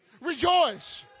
rejoice